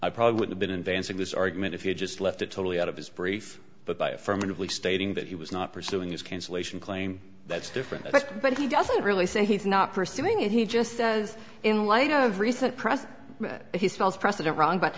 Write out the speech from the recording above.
i probably would have been inventing this argument if he had just left it totally out of his brief but by affirmatively stating that he was not pursuing this cancellation claim that's different but he doesn't really say he's not pursuing it he just says in light of recent press he's false precedent wrong but